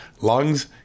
lungs